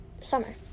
summer